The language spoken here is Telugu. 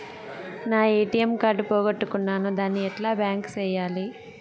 నా ఎ.టి.ఎం కార్డు పోగొట్టుకున్నాను, దాన్ని ఎట్లా బ్లాక్ సేయాలి?